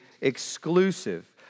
exclusive